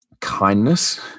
Kindness